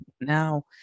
now